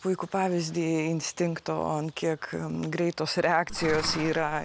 puikų pavyzdį instinkto ant kiek greitos reakcijos yra